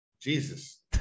Jesus